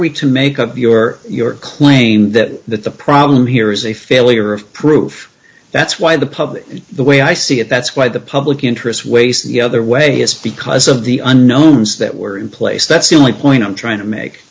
we to make of your your claim that the problem here is a failure of proof that's why the public the way i see it that's why the public interest waste the other way is because of the unknowns that were in place that's the only point i'm trying to make